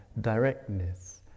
directness